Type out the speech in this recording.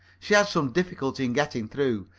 she had some difficulty in getting through.